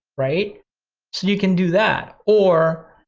right? so you can do that. or,